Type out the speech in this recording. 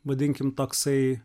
vadinkim toksai